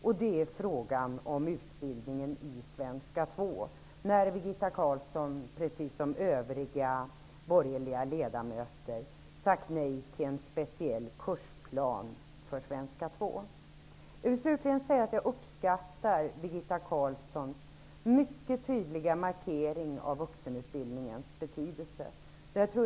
Det gäller frågan om utbildningen i svenska 2. Där har Birgitta Carlsson, precis som övriga borgerliga ledamöter, sagt nej till en speciell kursplan. Jag uppskattar Birgitta Carlssons mycket tydliga markering av vuxenutbildningens betydelse.